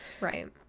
Right